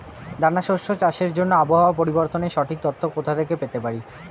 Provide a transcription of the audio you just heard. দানা শস্য চাষের জন্য আবহাওয়া পরিবর্তনের সঠিক তথ্য কোথা থেকে পেতে পারি?